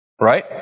Right